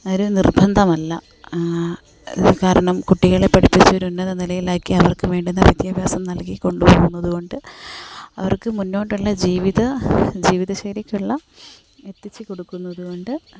ഒരു നിർബന്ധമല്ല കാരണം കുട്ടികളെ പഠിപ്പിച്ച് ഒരു ഉന്നത നിലയിലാക്കി അവർക്ക് വേണ്ടുന്ന വിദ്യാഭ്യാസം നൽകിക്കൊണ്ട് പോകുന്നത് കൊണ്ട് അവർക്ക് മുന്നോട്ടുള്ള ജീവിത ജീവിതശൈലിക്കുള്ളത് എത്തിച്ച് കൊടുക്കുന്നത് കൊണ്ട്